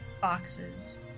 boxes